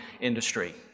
industry